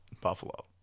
Buffalo